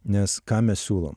nes ką mes siūlom